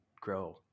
grow